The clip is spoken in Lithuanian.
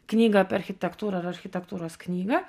knygą apie architektūrą ar architektūros knygą